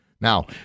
Now